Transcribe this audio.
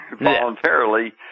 voluntarily